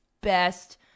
Best